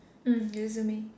mm resume